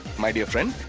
my dear friend.